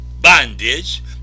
bondage